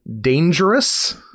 Dangerous